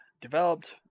developed